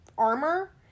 armor